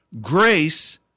grace